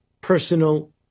personal